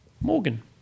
Morgan